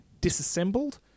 disassembled